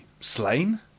slain